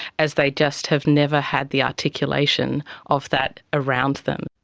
as they just have never had the articulation of that around them.